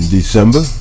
December